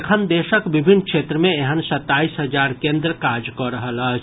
एखन देशक विभिन्न क्षेत्र मे एहन सताईस हजार केन्द्र काज कऽ रहल अछि